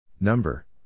Number